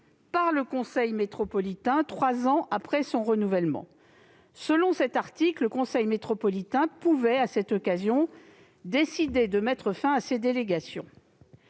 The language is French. par le conseil métropolitain trois ans après son renouvellement. Aux termes de cet article, le conseil métropolitain pouvait décider à cette occasion de mettre fin à ces délégations.